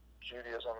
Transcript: judaism